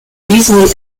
easily